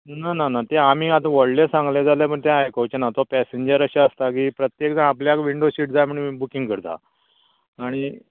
ना ना ना ते आमी आता व्हडले सांगले जाल्यार ते आयकोचेना पॅसेंजर अशें आसता की प्रत्येक जाण आपल्याक विंडो सीट जाय म्हण बुकींग करता आनी